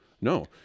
No